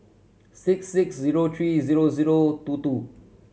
six six zero three zero zero two two